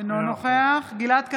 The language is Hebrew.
אינו נוכח גלעד קריב,